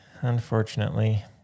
unfortunately